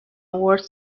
ward